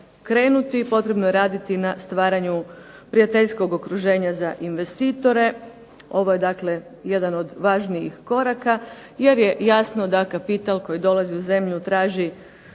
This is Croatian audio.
krenuti, potrebno je raditi na stvaranju prijateljskog okruženja za investitore. Ovo je dakle jedan od važnijih koraka jer je jasno da kapital koji dolazi u zemlju traži